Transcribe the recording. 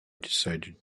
decided